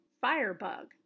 Firebug